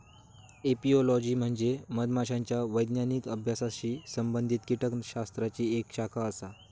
apiology म्हणजे मधमाशांच्या वैज्ञानिक अभ्यासाशी संबंधित कीटकशास्त्राची एक शाखा आसा